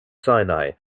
sinai